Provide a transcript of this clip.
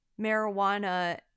marijuana